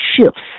shifts